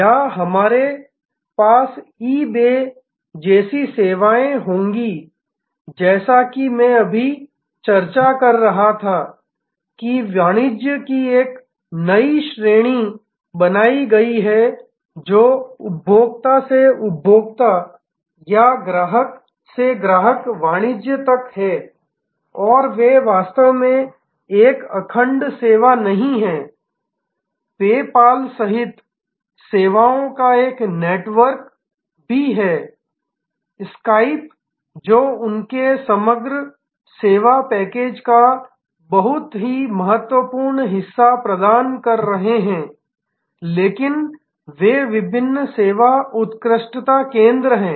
या हमारे पास ईबे जैसी सेवाएं होंगी जैसा कि मैं अभी चर्चा कर रहा था कि वाणिज्य की एक नई श्रेणी बनाई गई है जो उपभोक्ता से उपभोक्ता या ग्राहक से ग्राहक वाणिज्य तक है और वे वास्तव में एक अखंड सेवा नहीं हैं पेपाल सहित सेवाओं का एक नेटवर्क भी है स्काइप जो उनके समग्र सेवा पैकेज का बहुत महत्वपूर्ण हिस्सा प्रदान कर रहे हैं लेकिन वे विभिन्न सेवा उत्कृष्टता केंद्र हैं